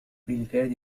بالكاد